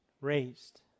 Raised